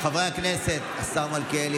תודה לך, חברתי חברת הכנסת קטי שטרית,